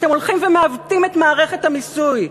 אתם הולכים ומעוותים את מערכת המיסוי.